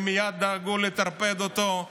הם מייד דאגו לטרפד אותו.